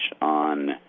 on